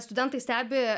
studentai stebi